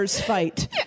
fight